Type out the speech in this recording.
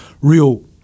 real